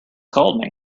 called